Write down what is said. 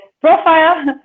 profile